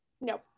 No